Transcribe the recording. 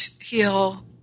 heal